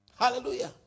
Hallelujah